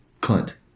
Clint